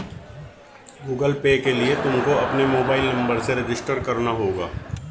Google Pay के लिए तुमको अपने मोबाईल नंबर से रजिस्टर करना होगा